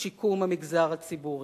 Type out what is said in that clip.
שיקום המגזר הציבורי,